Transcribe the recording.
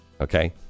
Okay